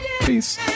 Peace